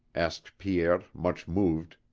asked pierre, much moved,